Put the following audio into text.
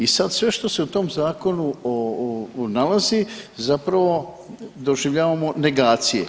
I sad sve što se u tom zakonu nalazi zapravo doživljavamo negacije.